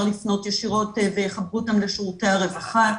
לפנות ישירות ויחברו אותם לשירותי הרווחה.